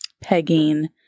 pegging